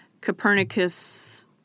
Copernicus